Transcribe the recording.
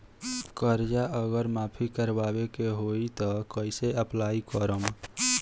कर्जा अगर माफी करवावे के होई तब कैसे अप्लाई करम?